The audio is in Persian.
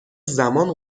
زمان